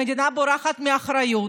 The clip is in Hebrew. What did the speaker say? המדינה בורחת מאחריות.